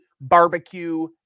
barbecue